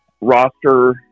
roster